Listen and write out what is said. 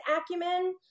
acumen